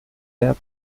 der